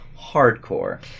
hardcore